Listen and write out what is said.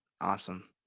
awesome